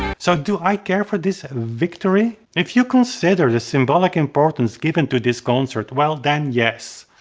so do i care for this victory? if you consider the symbolic importance given to this concert, well, then yes.